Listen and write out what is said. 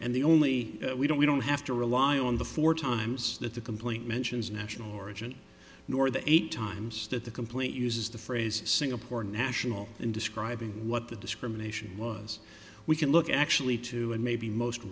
and the only we don't we don't have to rely on the four times that the complaint mentions national origin nor the eight times that the complaint uses the phrase singapore national and describing what the discrimination was we can look actually to and maybe most